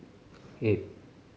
eight